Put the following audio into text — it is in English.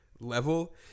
level